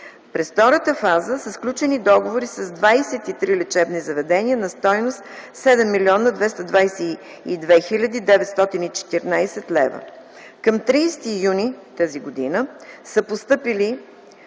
През втората фаза са сключени договори с 23 лечебни заведения на стойност 7 млн. 222 хил. 914 лв. Към 30 юни т.г. са постъпили